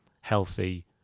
healthy